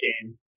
game